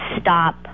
stop